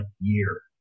year